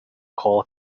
cole